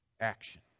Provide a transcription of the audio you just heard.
action